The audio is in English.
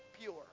pure